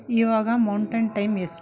ಇವಾಗ mountain time ಎಷ್ಟು